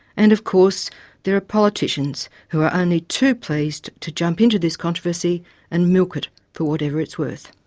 and of course there are politicians who are only too pleased to jump into this controversy and milk it for whatever it's worth.